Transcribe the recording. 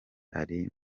ari